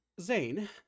Zane